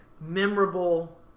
memorable